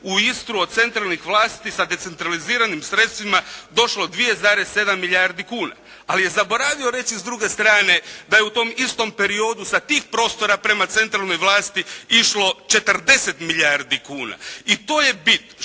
u Istru od centralnih vlasti sa decentraliziranim sredstvima došlo 2,7 milijardi kuna. Ali je zaboravio reći s druge strane da je u tom istom periodu sa tih prostora prema centralnoj vlasti išlo 40 milijardi kuna. I to je bit